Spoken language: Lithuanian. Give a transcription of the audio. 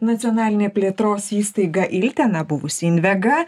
nacionalinė plėtros įstaiga ilitena buvusi invega